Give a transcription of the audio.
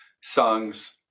songs